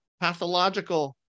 pathological